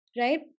right